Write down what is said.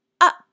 up